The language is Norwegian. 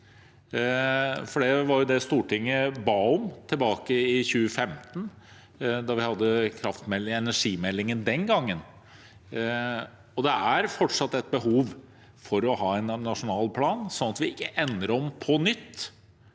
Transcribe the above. Det var det Stortinget ba om tilbake i 2015, da vi behandlet energimeldingen den gangen. Det er fortsatt et behov for å ha en nasjonal plan sånn at vi ikke på nytt,